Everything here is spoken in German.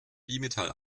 bimetall